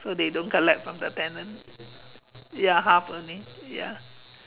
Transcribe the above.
so they don't collect from the tenant ya half only ya